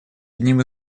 одним